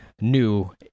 new